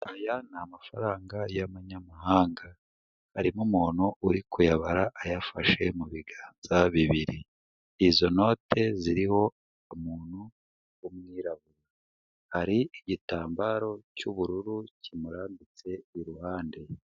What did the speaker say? Aya ni amafaranga y'amanyamahanga, harimo umuntu uri kuyabara ayafashe mu biganza bibiri, izo note ziriho umuntu w'umwirabura, hari igitambaro cy'ubururu kimurambitse iruhande.